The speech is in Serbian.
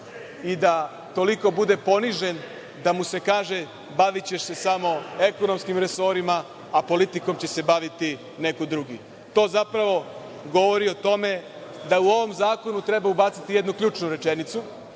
i da toliko bude ponižen da mu se kaže - bavićeš se samo ekonomskim resorima, a politikom će se baviti neko drugi? To zapravo govori o tome da u ovom zakonu treba ubaciti jednu ključnu rečenicu,